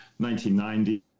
1990